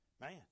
man